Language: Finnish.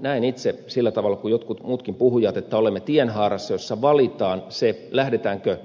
näen itse sillä tavalla kuin jotkut muutkin puhujat että olemme tienhaarassa jossa valitaan se lähdetäänkö